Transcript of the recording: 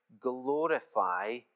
glorify